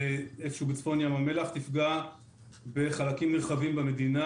איפשהו בצפון ים המלח תפגע בחלקים נרחבים במדינה,